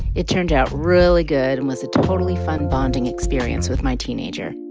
it turned out really good and was a totally fun bonding experience with my teenager